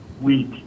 week